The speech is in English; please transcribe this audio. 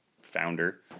founder